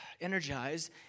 energized